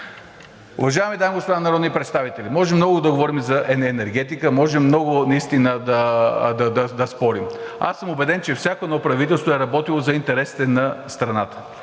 Уважаеми дами и господа народни представители! Можем много да говорим за енергетика, можем много наистина да спорим. Аз съм убеден, че всяко едно правителство е работило за интересите на страната.